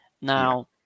Now